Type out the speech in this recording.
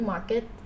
Market